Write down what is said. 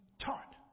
taught